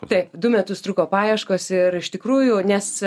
taip du metus truko paieškos ir iš tikrųjų nes